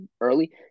early